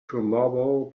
tomorrow